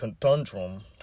conundrum